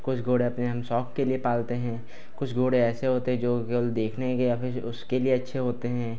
कुछ घोड़ा हम अपने शौक के लिए पालते हैं कुछ घोड़े ऐसे होते हैं जो केवल देखने के या फिर उसके लिए अच्छे होते हैं